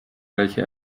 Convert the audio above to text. welche